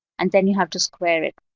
and then you have to square it.